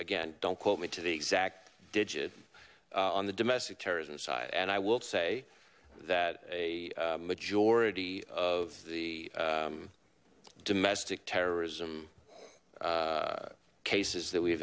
again don't quote me to the exact digit on the domestic terrorism side and i will say that a majority of the domestic terrorism cases that we